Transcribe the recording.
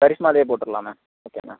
கரிஷ்மாவே போட்டுடலாம்மா okay ma'am